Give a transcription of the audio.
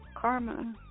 karma